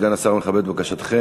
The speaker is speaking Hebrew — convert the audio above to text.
סגן השר מכבד את בקשתכם,